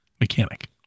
mechanic